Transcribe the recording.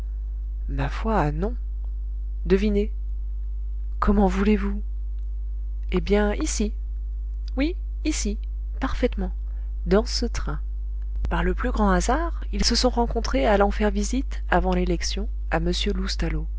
ma foi non devinez comment voulez-vous eh bien ici oui ici parfaitement dans ce train par le plus grand hasard ils se sont rencontrés allant faire visite avant l'élection à